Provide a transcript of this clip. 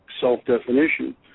self-definition